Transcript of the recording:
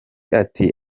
ati